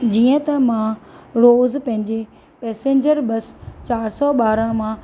जीअं त मां रोज़ु पंहिंजे पैसेंजर बस चार सौ ॿारहां मां